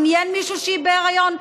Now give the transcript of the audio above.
עניין מישהו שהיא בהיריון?